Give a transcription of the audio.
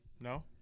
No